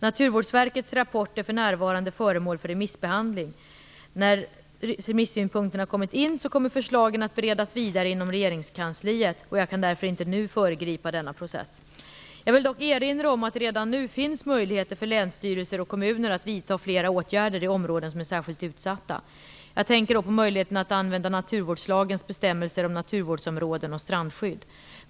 Naturvårdsverkets rapport är för närvarande föremål för remissbehandling. När remissynpunkterna kommit in kommer förslagen att beredas vidare inom regeringskansliet. Jag kan därför inte nu föregripa denna process. Jag vill dock erinra om att det redan nu finns möjligheter för länsstyrelser och kommuner att vidta flera åtgärder i områden som är särskilt utsatta. Jag tänker då på möjligheten att använda naturvårdslagens bestämmelser om naturvårdsområden och strandskydd.